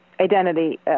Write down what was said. identity